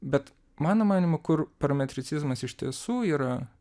bet mano manymu kur parametricizmas iš tiesų yra